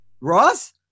Ross